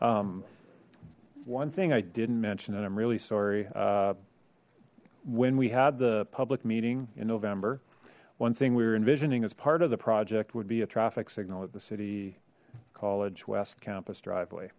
one thing i didn't mention and i'm really sorry when we had the public meeting in november one thing we were envisioning as part of the project would be a traffic signal at the city college west campus driveway